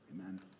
Amen